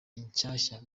inshyashya